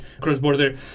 cross-border